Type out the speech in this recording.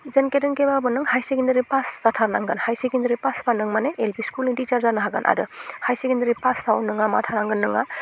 जेनखे थेनखेबाबो नों high secondary pass जाथारनांगोन हाइ सेकेण्डारि फासबा नों माने एल पि स्कुलनि टिसार जानो हागोन आरो हाइ सेकेण्डारि फासआव नोंहा मा थानांगोन नोंहा